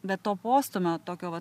bet to postūmio tokio vat